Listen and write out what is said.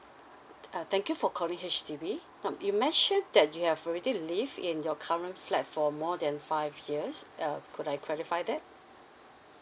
uh thank you for calling H_D_B now you mentioned that you have already live in your current flat for more than five years uh could I clarify that